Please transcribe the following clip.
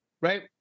Right